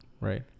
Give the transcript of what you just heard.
Right